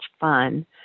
fun